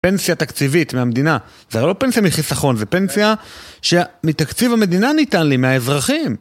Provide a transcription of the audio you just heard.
פנסיה תקציבית מהמדינה, זה לא פנסיה מחיסכון, זה פנסיה שמתקציב המדינה ניתן לי, מהאזרחים.